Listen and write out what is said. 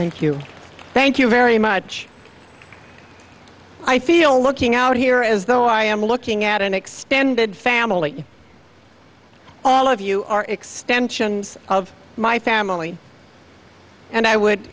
thank you thank you very much i feel looking out here as though i am looking at an extended family all of you are extensions of my family and i would